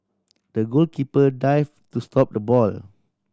the goalkeeper dive to stop the ball